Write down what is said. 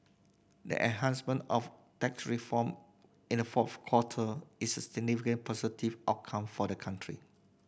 the enactment of tax reform in the fourth quarter is a significant positive outcome for the country